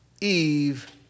Eve